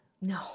No